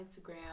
Instagram